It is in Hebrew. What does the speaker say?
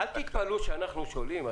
אל תתפלאו שאנחנו שואלים.